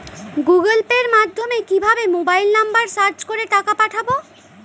Google পের মাধ্যমে কিভাবে মোবাইল নাম্বার সার্চ করে টাকা পাঠাবো?